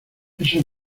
eso